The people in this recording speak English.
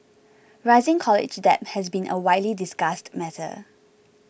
rising college debt has been a widely discussed matter